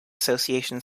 association